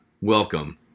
Welcome